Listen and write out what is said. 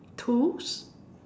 tools